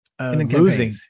Losing